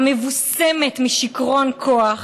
המבושמת משיכרון כוח,